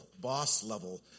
boss-level